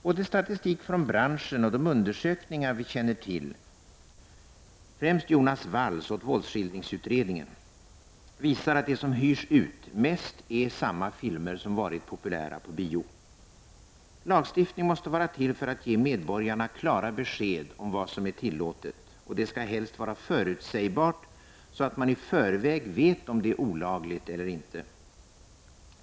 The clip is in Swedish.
Både statistik från branschen och de undersökningar vi känner till — främst Jonas Walls undersökning åt våldsskildringsutredningen — visar att det som hyrs ut mest är samma filmer som varit populära på bio. Lagstiftning måste vara till för att ge medborgarna klara besked om vad som är tillåtet — och det skall helst vara förutsägbart, så att man i förväg vet om det är olagligt eller inte.